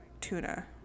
tuna